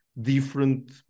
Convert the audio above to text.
different